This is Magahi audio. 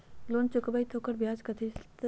लोन चुकबई त ओकर ब्याज कथि चलतई?